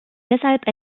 deshalb